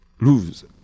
lose